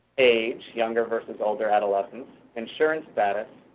age, younger versus older adolescent, insurance status,